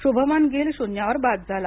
शुभमन गिल शून्यावर बाद झाला